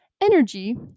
energy